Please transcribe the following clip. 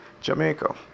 Jamaica